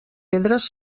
pedres